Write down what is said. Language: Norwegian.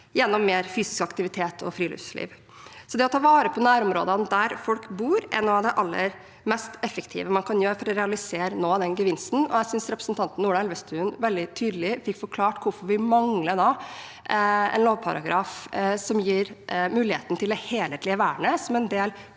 gjennom mer fysisk aktivitet og friluftsliv. Det å ta vare på nærområdene der folk bor, er altså noe av det aller mest effektive man kan gjøre for å realisere noe av den gevinsten. Jeg synes representanten Ola Elvestuen veldig tydelig fikk forklart hvorfor vi da mangler en lovparagraf som gir muligheten til det helhetlige vernet som en del